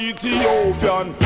Ethiopian